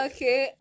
Okay